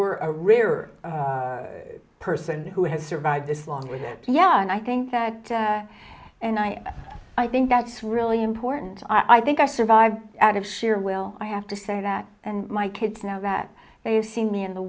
are a rare person who has survived this long with yeah and i think that and i i think that's really important i think i survived out of sheer will i have to say that and my kids now that they have seen me in the